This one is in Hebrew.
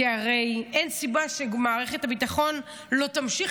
כי הרי אין סיבה שמערכת הביטחון לא תמשיך